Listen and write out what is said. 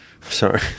Sorry